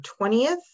20th